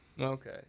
Okay